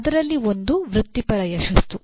ಅದರಲ್ಲಿ ಒಂದು ವೃತ್ತಿಪರ ಯಶಸ್ಸು